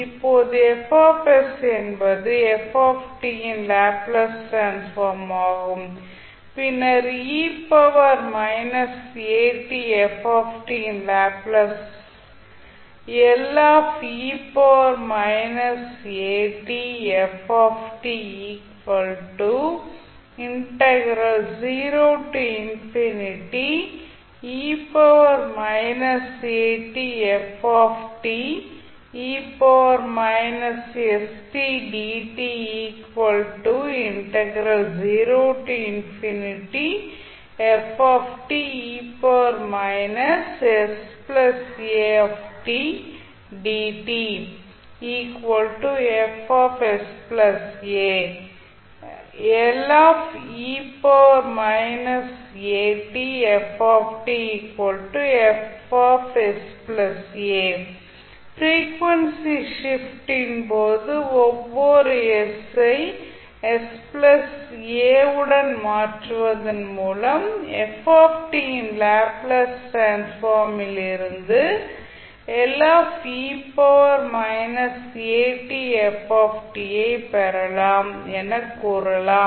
இப்போது என்பது இன் லேப்ளேஸ் டிரான்ஸ்ஃபார்ம் ஆகும் பின்னர் இன் லேப்ளேஸ் ப்ரீக்வேன்சி ஷிப்ட் ன் போது ஒவ்வொரு ஐ உடன் மாற்றுவதன் மூலம் இன் லேப்ளேஸ் டிரான்ஸ்ஃபார்ம் லிருந்து ஐப் பெறலாம் என்று கூறலாம்